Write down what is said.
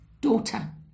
daughter